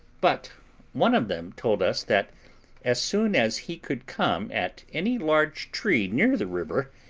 but one of them told us that as soon as he could come at any large tree near the river,